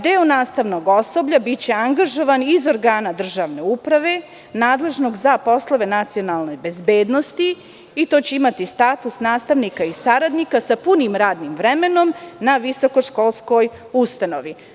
Deo nastavnog osoblja biće angažovan iz organa državne uprave nadležnog za poslove nacionalne bezbednosti i tu će imati status nastavnika i saradnika sa punim radnim vremenom na visokoškolskoj ustanovi.